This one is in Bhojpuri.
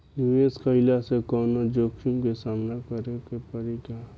निवेश कईला से कौनो जोखिम के सामना करे क परि का?